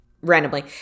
randomly